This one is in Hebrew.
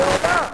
מעולם,